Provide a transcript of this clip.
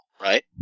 right